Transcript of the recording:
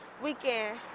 we care